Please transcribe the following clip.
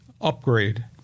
upgrade